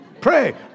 Pray